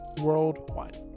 worldwide